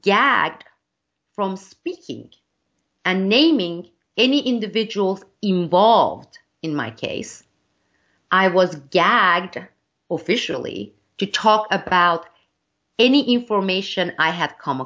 gagged from speaking and naming any individuals involved in my case i was gagged to officially to talk about any information i had come